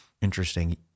interesting